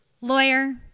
Lawyer